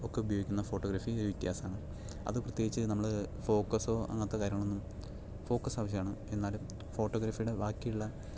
ഒക്കെ ഉപയോഗിക്കുന്ന ഫോട്ടോഗ്രാഫി വ്യത്യാസമാണ് അത് പ്രത്യേകിച്ച് നമ്മൾ ഫോക്കസോ അങ്ങനത്തെ കാര്യങ്ങളൊന്നും ഫോക്കസ് ആവശ്യമാണ് എന്നാലും ഫോട്ടോഗ്രാഫിയുടെ ബാക്കിയുള്ള